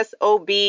SOB